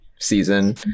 Season